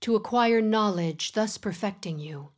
to acquire knowledge thus perfecting you